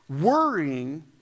Worrying